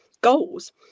goals